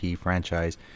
franchise